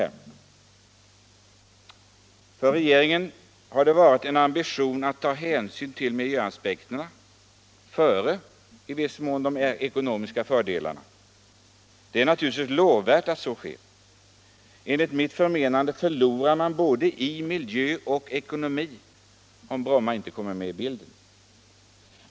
För regeringen har det varit en ambition att ta hänsyn till miljöaspekten före de ekonomiska fördelarna. Det är naturligtvis lovvärt att så sker. Enligt mitt förmenande förlorar man i både miljö och ekonomi, om Bromma inte kommer med i bilden.